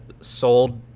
sold